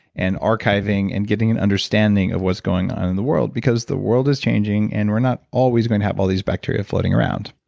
and archiving, and getting an understanding of what's going on in the world. because the world is changing, and we're not always going to have all of these bacteria floating around.